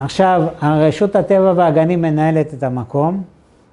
עכשיו רשות הטבע והגנים מנהלת את המקום.